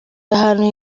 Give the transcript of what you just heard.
ahantu